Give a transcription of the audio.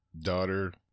daughter